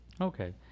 Okay